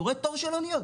אני רואה תור של אוניות.